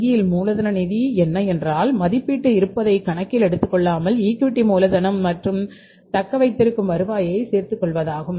வங்கியின் மூலதன நிதி என்ன என்றால் மறுமதிப்பீட்டு இருப்பைக் கணக்கில் எடுத்துக் கொள்ளாமல் ஈக்விட்டி மூலதனம் மற்றும் தக்க வைத்திருக்கும் வருவாயைக் சேர்த்து கொள்வதாகும்